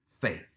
faith